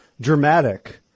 dramatic